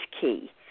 key